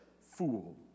fool